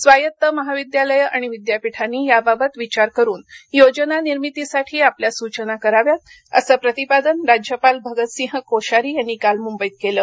स्वायत्त महाविद्यालये आणि विद्यापीठांनी याबाबत विचार करुन योजना निर्मितीसाठी आपल्या सूचना कराव्यात असं प्रतिपादन राज्यपाल भगत सिंह कोश्यारी यांनी काल मुंबईत केलं